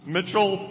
Mitchell